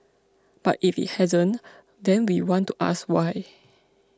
but if it hasn't then we want to ask why